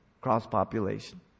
cross-population